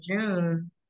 June